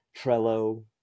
Trello